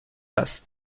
است